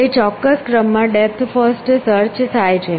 તે ચોક્કસ ક્રમમાં ડેપ્થ ફર્સ્ટ સર્ચ થાય છે